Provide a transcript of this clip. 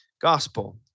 gospel